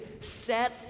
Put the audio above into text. Set